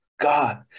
god